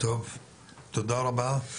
תודה רבה,